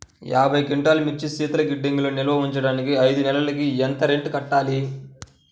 యాభై క్వింటాల్లు మిర్చి శీతల గిడ్డంగిలో నిల్వ ఉంచటానికి ఐదు నెలలకి ఎంత రెంట్ కట్టాలి?